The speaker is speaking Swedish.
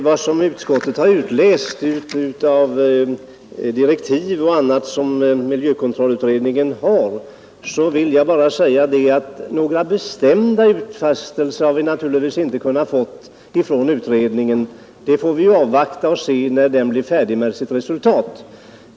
Herr talman! Beträffande vad utskottet har utläst av miljökontrollutredningens direktiv vill jag bara säga att några bestämda utfästelser har vi naturligtvis inte kunnat få från utredningen. Vi får ju avvakta dess arbete och se vilket resultat den kommer till.